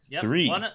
Three